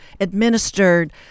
administered